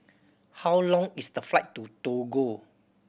how long is the flight to Togo